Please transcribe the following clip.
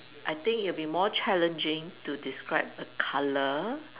I think it'll be more challenging to describe a colour